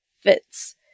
fits